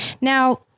Now